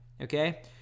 Okay